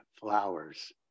flowers